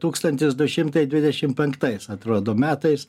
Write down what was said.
tūkstantis du šimtai dvidešim penktais atrodo metais